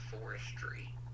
Forestry